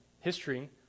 History